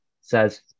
says